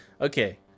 Okay